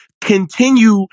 continue